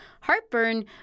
heartburn